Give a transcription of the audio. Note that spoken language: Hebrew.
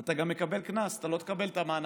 אתה גם מקבל קנס, אתה לא תקבל את המענק